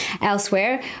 Elsewhere